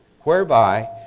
whereby